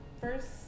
First